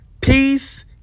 Peace